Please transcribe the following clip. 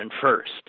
first